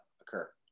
occur